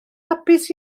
hapus